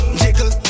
jiggle